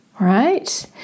Right